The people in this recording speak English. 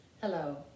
Hello